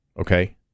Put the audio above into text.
Okay